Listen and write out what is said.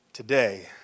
Today